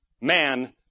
man